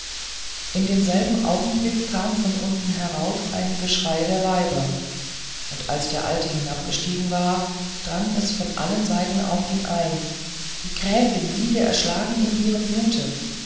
in demselben augenblicke kam von unten herauf ein geschrei der weiber und als der alte hinabgestiegen war drang es von allen seiten auf ihn ein die gräfin liege erschlagen in ihrem blute